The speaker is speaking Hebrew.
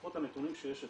לפחות מהנתונים שיש אצלי,